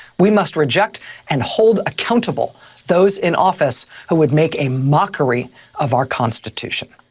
we must reject and hold accountable those in office who would make a mockery of our constitution.